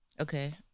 Okay